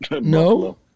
No